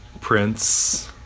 Prince